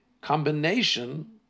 combination